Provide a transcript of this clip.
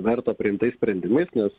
verto priimtais sprendimais nes